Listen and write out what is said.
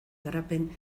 garapen